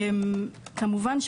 כמובן,